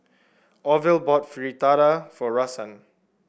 Orville bought Fritada for Rahsaan